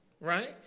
right